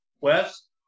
west